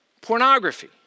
Pornography